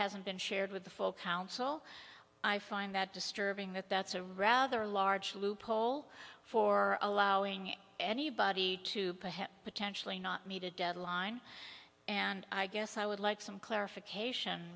hasn't been shared with the full council i find that disturbing that that's a rather large loophole for allowing anybody to potentially not meet a deadline and i guess i would like some clarification